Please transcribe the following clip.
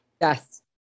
Yes